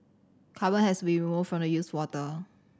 carbon has be removed from the used water